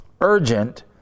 urgent